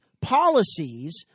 policies